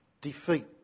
Defeat